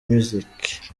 music